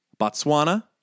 Botswana